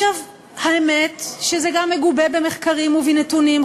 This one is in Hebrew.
האמת שזה גם מגובה במחקרים ובנתונים,